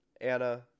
Anna